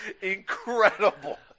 incredible